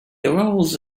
arose